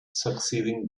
succeeding